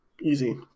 Easy